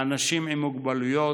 לאנשים עם מוגבלויות,